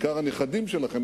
בעיקר הנכדים שלכם,